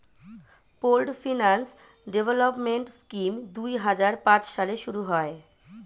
pooled finance development scheme দুই হাজার পাঁচ সালে শুরু হয়